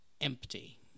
empty